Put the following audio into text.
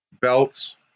belts